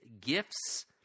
gifts